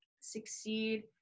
succeed